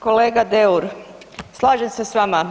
Kolega Deur, slažem se s vama.